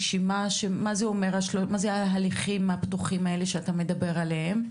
רשימה שאומרת מהם ההליכים הפתוחים שאתה מדבר עליהם,